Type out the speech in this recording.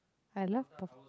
I love